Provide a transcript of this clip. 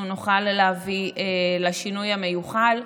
אנחנו נוכל להביא לשינוי המיוחל.